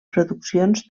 produccions